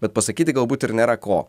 bet pasakyti galbūt ir nėra ko